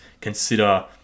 consider